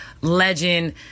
legend